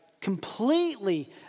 completely